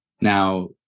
Now